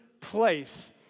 place